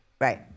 Right